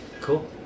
Cool